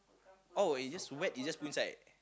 oh it's just wet you just put inside